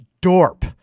Dorp